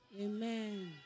Amen